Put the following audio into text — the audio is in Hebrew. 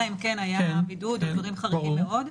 אלא אם כן היה בידוד או דברים חריגים מאוד.